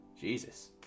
Jesus